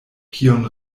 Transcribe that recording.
kiun